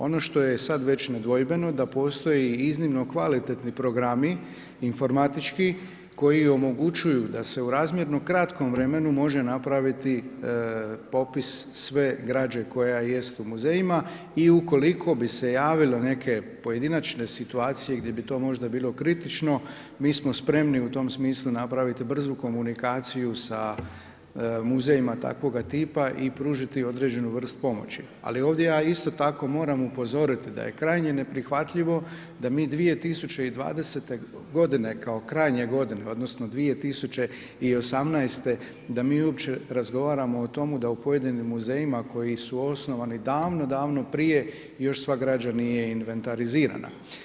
Ono što je sad već nedvojbeno je da postoji iznimno kvalitetni programi, informatički, koji omogućuju da se u razmjerno kratkom vremenu može napraviti popis sve građe koja jest u muzejima i ukoliko bi se javilo neke pojedinačne situacije gdje bi to možda bilo kritično, mi smo spremni u tome smislu napraviti brzu komunikaciju sa muzejima takvoga tipa i pružiti određenu vrstu pomoći, ali ovdje ja isto tako moram upozoriti da je krajnje neprihvatljivo da mi 2020. godine kao krajnje godine, odnosno 2018. da mi uopće razgovaramo o tomu da u pojedinim muzejima koji su osnovani davno, davno prije, još sva građa nije inventarizirana.